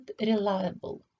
reliable